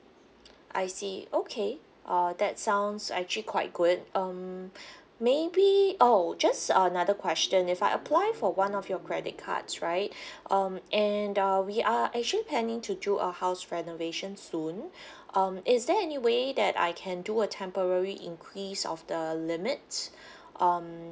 I see okay uh that sounds actually quite good um maybe oh just another question if I apply for one of your credit cards right um and uh we are actually planning to do a house renovation soon um is there any way that I can do a temporary increase of the limit um